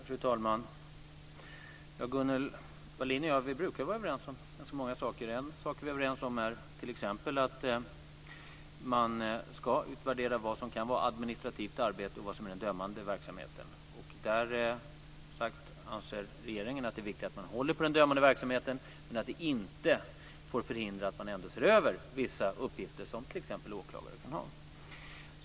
Fru talman! Gunnel Wallin och jag brukar vara överens om ganska många saker. En sak som vi är överens om är t.ex. att man ska utvärdera vad som kan vara administrativt arbete och vad som är dömande verksamhet. Regeringen anser att det är viktigt att man håller på den dömande verksamheten, men det inte får förhindra att man ändå ser över vissa uppgifter som t.ex. åklagare kan ha.